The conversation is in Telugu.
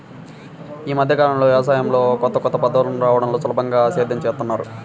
యీ మద్దె కాలంలో యవసాయంలో కొత్త కొత్త పద్ధతులు రాడంతో సులభంగా సేద్యం జేత్తన్నారు